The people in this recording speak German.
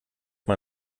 mal